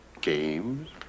Games